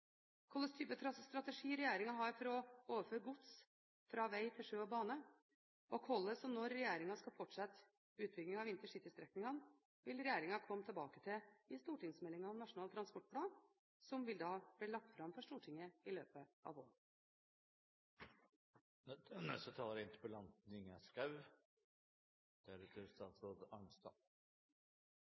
hvordan vi har tenkt å sørge for at veksten i persontransport i de store byene i framtiden skjer med miljøvennlige transportmidler, hva slags strategi regjeringen har for å overføre gods fra veg til sjø og bane, og hvordan og når regjeringen skal fortsette utbyggingen av intercitystrekningene, vil regjeringen komme til i stortingsmeldingen om Nasjonal transportplan, som vil bli lagt fram for Stortinget i løpet av våren.